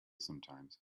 sometimes